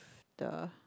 the